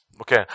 Okay